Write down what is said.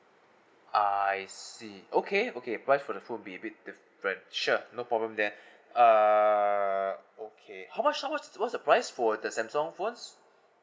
I see okay okay price for the phone be a bit different sure no problem there err okay how much how much what's the price for the Samsung phones